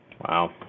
Wow